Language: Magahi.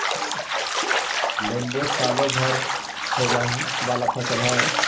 लेम्बो सालो भर होवे वाला फसल हइ